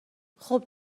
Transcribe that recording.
خوب